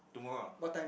tomorrow ah